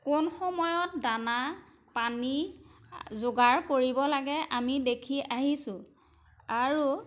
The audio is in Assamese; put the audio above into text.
কোন সময়ত দানা পানী যোগাৰ কৰিব লাগে আমি দেখি আহিছোঁ আৰু